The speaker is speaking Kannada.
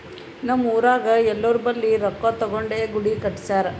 ನಮ್ ಊರಾಗ್ ಎಲ್ಲೋರ್ ಬಲ್ಲಿ ರೊಕ್ಕಾ ತಗೊಂಡೇ ಗುಡಿ ಕಟ್ಸ್ಯಾರ್